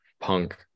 punk